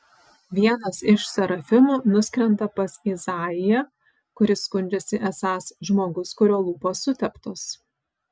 vienas iš serafimų nuskrenda pas izaiją kuris skundžiasi esąs žmogus kurio lūpos suteptos